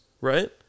right